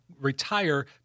retire